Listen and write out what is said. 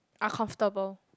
uncomfortable